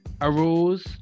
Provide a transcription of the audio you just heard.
arose